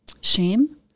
shame